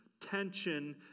tension